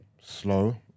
slow